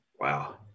Wow